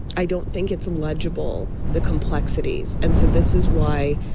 i don't think it's um legible. the complexities and said this is why,